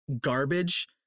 garbage